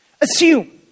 Assume